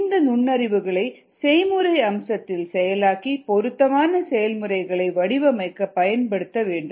இந்த நுண்ணறிவுகளை செய்முறை அம்சத்தில் செயலாக்கி பொருத்தமான செயல்முறைகளை வடிவமைக்க பயன்படுத்த வேண்டும்